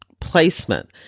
placement